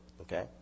okay